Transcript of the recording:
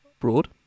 broad